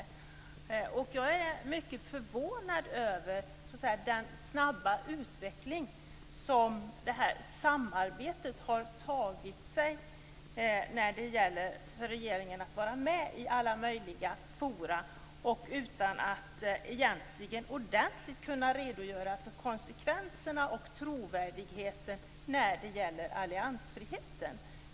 Jag är mycket förvånad över den snabba utveckling som detta samarbete har haft när det för regeringen gäller att vara med i alla möjliga forum utan att ordentligt kunna redogöra för konsekvenserna och trovärdigheten i fråga om alliansfriheten.